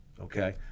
okay